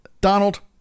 Donald